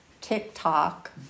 TikTok